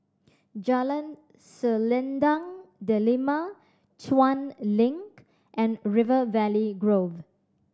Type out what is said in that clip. Jalan Selendang Delima Chuan Link and River Valley Grove